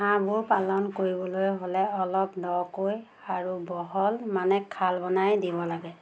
হাঁহবোৰ পালন কৰিবলৈ হ'লে অলপ দকৈ আৰু বহল মানে খাল বনাই দিব লাগে